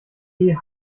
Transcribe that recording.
wie